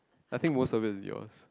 I think most of it is yours